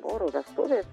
voro vestuvės